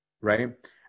Right